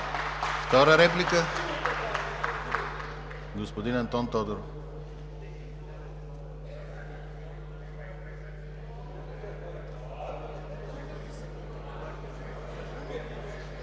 Втора реплика? Господин Антон Тодоров.